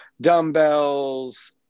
dumbbells